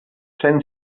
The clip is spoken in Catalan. cent